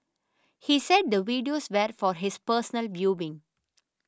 he said the videos were for his personal viewing